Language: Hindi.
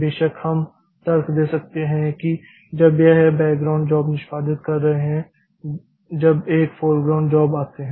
बेशक हम तर्क दे सकते हैं कि जब यह बैकग्राउंड जॉब निष्पादित कर रहे हैं जब एक फोरग्राउंड जॉब आते हैं